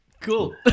Cool